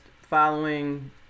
following